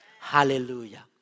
Hallelujah